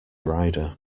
rider